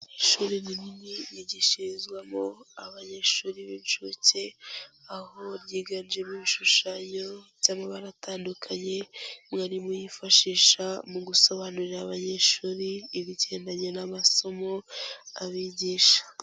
Ishuri rinini ryigishirizwamo abanyeshuri b'inshuke, aho ryiganjemo ibishushanyo by'amabara atandukanye, mwarimu yifashisha mu gusobanurira abanyeshuri ibigendanye n'amasomo abigisha.